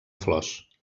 flors